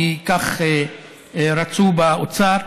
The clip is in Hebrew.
כי כך רצו באוצר.